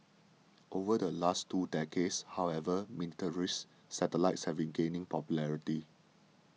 over the last two decades however miniaturised satellites have been gaining popularity